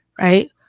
right